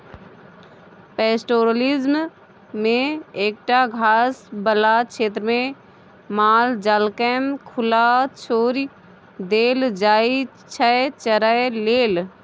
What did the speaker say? pastoralism मे एकटा घास बला क्षेत्रमे माल जालकेँ खुला छोरि देल जाइ छै चरय लेल